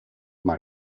mal